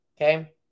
okay